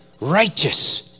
righteous